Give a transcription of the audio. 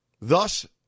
Thus